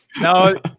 no